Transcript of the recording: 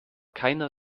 keiner